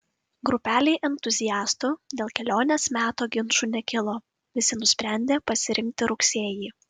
grupelei entuziastų dėl kelionės meto ginčų nekilo visi nusprendė pasirinkti rugsėjį